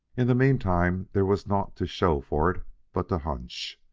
in the meantime there was naught to show for it but the hunch.